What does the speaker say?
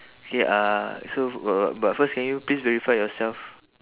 okay uh so but but but first can you please verify yourself